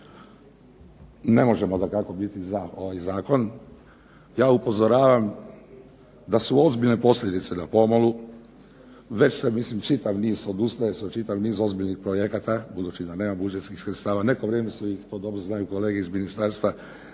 Ne možemo dakako biti za ovaj zakon. Ja upozoravam da su ozbiljne posljedice na pomolu. Već se mislim čitav niz odustaje se od čitavog niza ozbiljnih projekata budući da nema budžetskih sredstava. Neko vrijeme su ih to dobro znaju kolege iz ministarstva